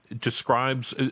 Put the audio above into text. describes